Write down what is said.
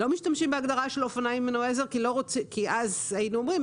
לא משתמשים בהגדרה של אופניים עם מנועי עזר כי אז היינו אומרים,